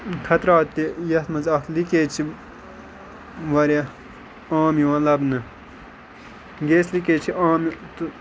خَطرات تہِ یَتھ مَنٛز اَکھ لیٖکیج چھِ واریاہ عام یِوان لَبنہٕ گیس لیٖکیج چھِ عام تہٕ